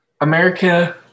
America